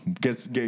Guess